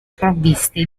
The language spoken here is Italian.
provviste